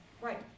right